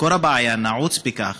מקור הבעיה נעוץ בכך